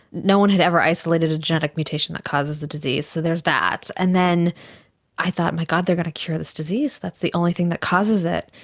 no one had ever isolated a genetic mutation that causes the disease, so there's that. and then i thought, oh my god, they're going to cure this disease, that's the only thing that causes it.